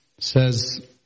says